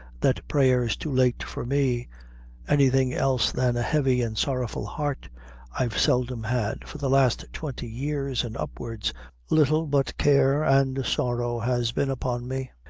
that prayer's too late for me anything else than a heavy and sorrowful heart i've seldom had for the last twenty years and upwards little but care and sorrow has been upon me.